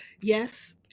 yes